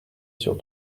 sur